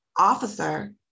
officer